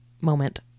moment